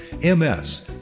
MS